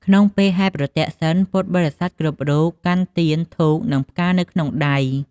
ក្នុងពេលហែរប្រទក្សិណ ពុទ្ធបរិស័ទគ្រប់រូបកាន់ទៀន ធូប និងផ្កានៅក្នុងដៃ។